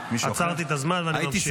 עצרתי את הזמן, ואני ממשיך.